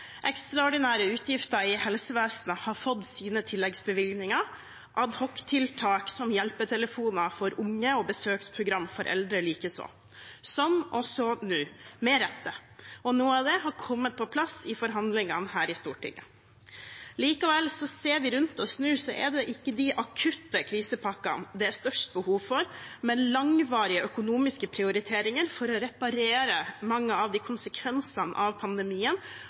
Ekstraordinære utgifter i helsevesenet har fått sine tilleggsbevilgninger, og adhoctiltak som hjelpetelefoner for unge og besøksprogram for eldre likeså – så også nå, med rette – og noe av det er kommet på plass i forhandlingene her i Stortinget. Likevel: Ser vi rundt oss nå, er det ikke de akutte krisepakkene det er størst behov for, men langvarige økonomiske prioriteringer for å reparere mange av konsekvensene av pandemien